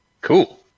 cool